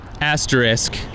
asterisk